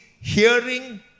hearing